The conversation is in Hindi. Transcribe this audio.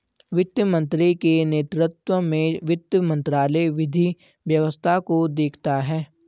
वित्त मंत्री के नेतृत्व में वित्त मंत्रालय विधि व्यवस्था को देखता है